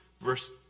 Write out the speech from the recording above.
Verse